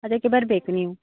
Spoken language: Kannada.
ಅದಕ್ಕೆ ಬರಬೇಕು ನೀವು